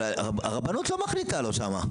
אבל הרבנות לא מחליטה שם.